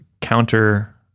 counter